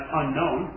unknown